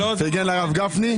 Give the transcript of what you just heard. הוא פרגן לרב גפני.